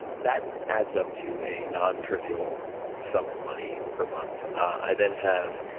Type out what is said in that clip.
but that adds up to a nontrivial sum of money per month. i then have,